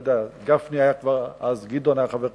לא יודע, גדעון היה אז חבר כנסת,